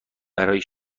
برای